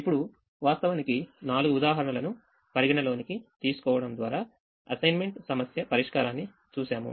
ఇప్పుడు వాస్తవానికి నాలుగు ఉదాహరణలను పరిగణనలోకి తీసుకోవడం ద్వారా అసైన్మెంట్ సమస్య పరిష్కారాన్ని చూశాము